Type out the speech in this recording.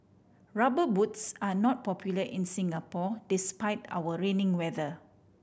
Rubber Boots are not popular in Singapore despite our rainy weather